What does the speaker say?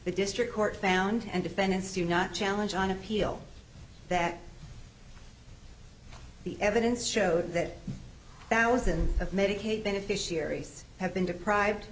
the district court found and defendants do not challenge on appeal that the evidence showed that thousands of medicaid beneficiaries have been deprived